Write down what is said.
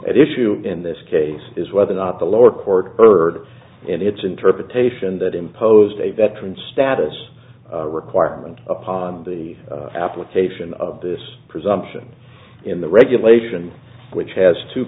at issue in this case is whether or not the lower court heard and its interpretation that imposed a veteran status requirement upon the application of this presumption in the regulation which has two